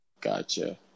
Gotcha